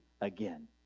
again